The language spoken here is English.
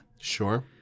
Sure